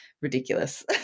ridiculous